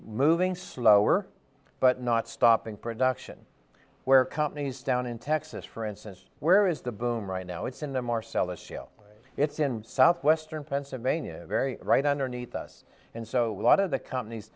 moving slower but not stopping production where companies down in texas for instance where is the boom right now it's in the marcellus shale it's in southwestern pennsylvania very right underneath us and so a lot of the companies